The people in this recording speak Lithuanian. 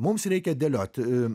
mums reikia dėliot